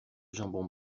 jambon